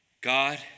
God